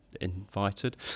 invited